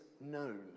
known